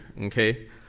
okay